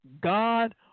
God